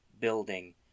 building